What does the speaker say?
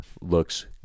looks